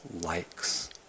likes